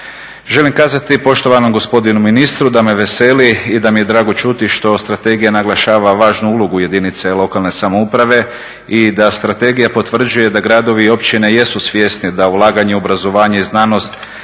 Želim kazati poštovanom gospodinu ministru da me veseli i da mi je drago čuti što strategija naglašava važnu ulogu jedinice lokalne samouprave i da strategija potvrđuje da gradovi i općine jesu svjesni da ulaganje u obrazovanje i znanost